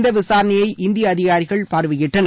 இந்த விசாரணையை இந்திய அதிகாரிகள் பார்வையிட்டனர்